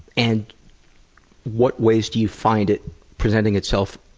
and what ways do you find it presenting itself